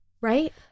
Right